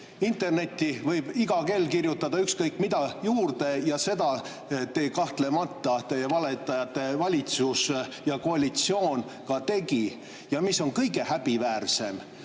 Internetti võib iga kell kirjutada ükskõik mida juurde. Ja seda kahtlemata teie valetajate valitsus ja koalitsioon tegi. Ja mis on kõige häbiväärsem: